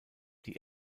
die